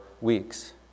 weeks